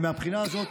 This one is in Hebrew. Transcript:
מהבחינה הזאת,